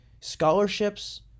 scholarships